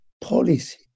policy